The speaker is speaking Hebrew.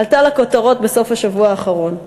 עלו לכותרות בסוף השבוע האחרון.